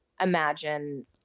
imagine